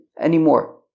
anymore